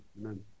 amen